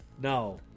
No